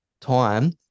time